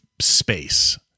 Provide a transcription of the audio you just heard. space